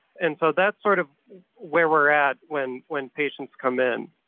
and so that's sort of where we're at when when patients come in.